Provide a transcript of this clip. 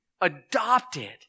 adopted